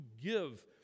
give